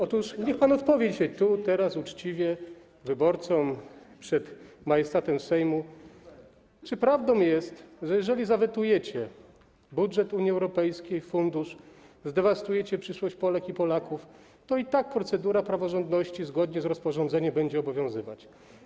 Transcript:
Otóż niech pan odpowie dzisiaj uczciwie wyborcom, tu i teraz, przed majestatem Sejmu, czy prawdą jest, że jeżeli zawetujecie budżet Unii Europejskiej, fundusz, zdewastujecie przyszłość Polek i Polaków, to i tak procedura praworządności zgodnie z rozporządzeniem będzie obowiązywać.